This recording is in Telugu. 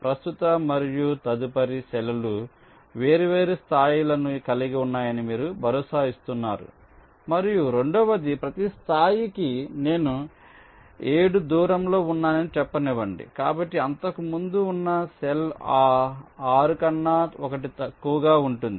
ప్రస్తుత మరియు తదుపరి సెల్ లు వేర్వేరు స్థాయిలను కలిగి ఉన్నాయని మీరు భరోసా ఇస్తున్నారు మరియు రెండవది ప్రతి స్థాయికి నేను 7 దూరంలో ఉన్నానని చెప్పనివ్వండి కాబట్టి అంతకు ముందు ఉన్న సెల్ ఆ 6 కన్నా ఒకటి తక్కువగా ఉంటుంది